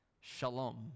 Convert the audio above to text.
Shalom